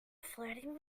flirting